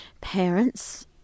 parents